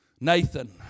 Nathan